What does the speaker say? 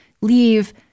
Leave